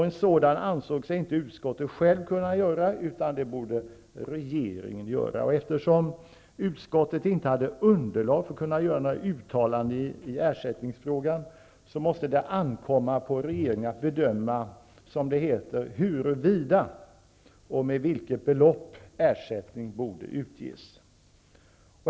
En sådan ansåg sig inte utskottet självt kunna göra, utan den borde regeringen göra. Eftersom utskottet inte hade underlag för att kunna göra några uttalanden i ersättningsfrågan, måste det ankomma på regeringen att bedöma, som det heter, huruvida och med vilket belopp ersättning borde utges.